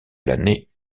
l’année